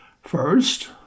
First